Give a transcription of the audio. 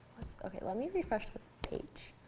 ok, let me refresh the page.